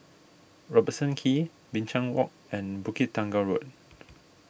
Robertson Quay Binchang Walk and Bukit Tunggal Road